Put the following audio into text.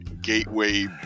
gateway